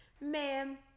Man